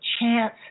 chance